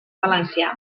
valencià